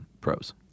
pros